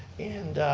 and,